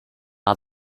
are